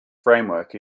framework